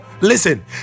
listen